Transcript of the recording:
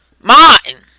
Martin